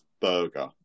burger